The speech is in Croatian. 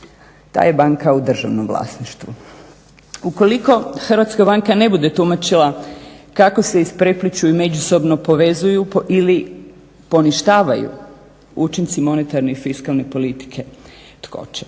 ta je banka u državnom vlasništvu. Ukoliko hrvatska banka ne bude tumačila kako se isprepliću i međusobno povezuju ili poništavaju učinci monetarne i fiskalne politike, tko će.